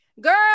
girl